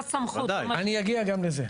אני אגיע גם לזה.